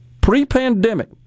Pre-pandemic